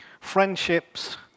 friendships